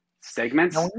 segments